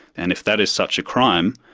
and if that is such a crime,